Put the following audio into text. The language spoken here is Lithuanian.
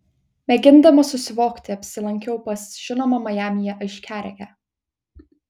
mėgindama susivokti apsilankiau pas žinomą majamyje aiškiaregę